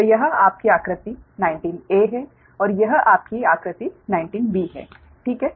तो यह आपकी आकृति 19 ए है और यह आपकी आकृति 19 बी ठीक है